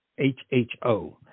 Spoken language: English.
HHO